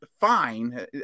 Fine